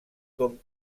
com